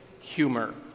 humor